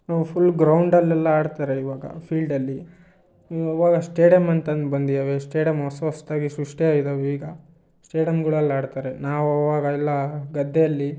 ಅವು ಫುಲ್ ಗ್ರೌಂಡಲ್ಲೆಲ್ಲ ಆಡ್ತಾರೆ ಇವಾಗ ಫೀಲ್ಡಲ್ಲಿ ಇವಾಗ ಸ್ಟೇಡ್ಯಮ್ ಅಂತೊಂದು ಬಂದ್ಯಾವೆ ಸ್ಟೇಡ್ಯಮ್ ಹೊಸ ಹೊಸ್ದಾಗಿ ಸೃಷ್ಟಿಯಾಗಿದಾವೆ ಈಗ ಸ್ಟೇಡಿಯಮ್ಗಳಲ್ಲಿ ಆಡ್ತಾರೆ ನಾವು ಅವಾಗ ಎಲ್ಲ ಗದ್ದೆಯಲ್ಲಿ